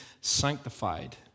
sanctified